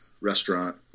restaurant